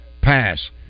pass